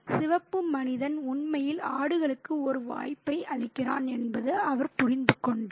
சிவப்பு மனிதன் உண்மையில் ஆடுகளுக்கு ஒரு வாய்ப்பை அளிக்கிறான் என்பதை அவர் புரிந்துகொண்டார்